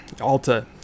Alta